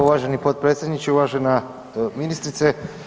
Uvaženi potpredsjedniče, uvažene ministrice.